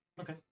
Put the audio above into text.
okay